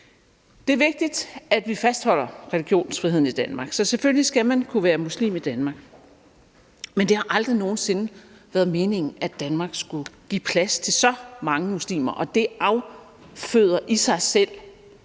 Det er vigtigt, at vi fastholder religionsfriheden i Danmark, så selvfølgelig skal man kunne være muslim i Danmark, men det har aldrig nogen sinde været meningen, at Danmark skulle give plads til så mange muslimer, og det afføder i sig selv